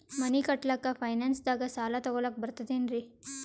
ಮನಿ ಕಟ್ಲಕ್ಕ ಫೈನಾನ್ಸ್ ದಾಗ ಸಾಲ ತೊಗೊಲಕ ಬರ್ತದೇನ್ರಿ?